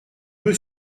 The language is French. peu